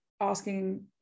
asking